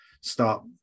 start